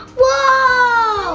whoa!